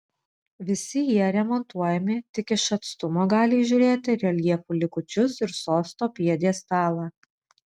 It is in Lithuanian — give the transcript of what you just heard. visi jie remontuojami tik iš atstumo gali įžiūrėti reljefų likučius ir sosto pjedestalą